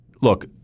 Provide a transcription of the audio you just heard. look